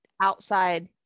outside